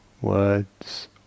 words